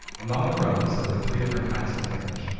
among the romans there were three different kinds of marriage.